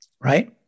right